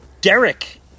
Derek